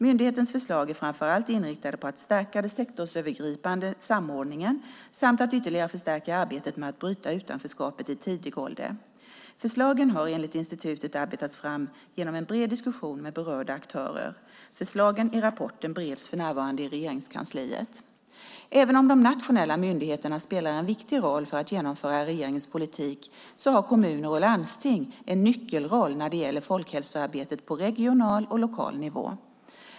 Myndigheternas förslag är framför allt inriktade på att stärka den sektorsövergripande samordningen samt att ytterligare förstärka arbetet med att bryta utanförskapet i tidig ålder. Förslagen har enligt institutet arbetats fram genom en bred diskussion med berörda aktörer. Förslagen i rapporten bereds för närvarande i Regeringskansliet. Även om de nationella myndigheterna spelar en viktig roll för att genomföra regeringens politik har kommuner och landsting en nyckelroll när det gäller folkhälsoarbetet på regional och lokal nivå.